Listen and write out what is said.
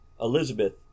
Elizabeth